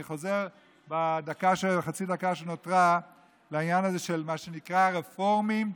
אני חוזר בחצי הדקה שנותרה לעניין הזה של מה שנקרא "רפורמים",